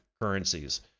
currencies